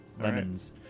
lemons